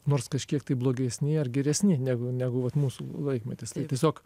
nors kažkiek tai blogesni ar geresni negu negu vat mūsų laikmetis tai tiesiog